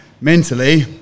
mentally